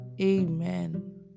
Amen